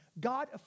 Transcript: God